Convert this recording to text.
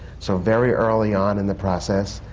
so very early on in the process,